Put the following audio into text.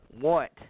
want